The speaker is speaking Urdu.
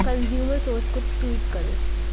کنزیومر سورس کو ٹویٹ کرو